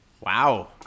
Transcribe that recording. Wow